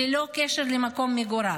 ללא קשר למקום מגוריו.